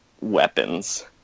weapons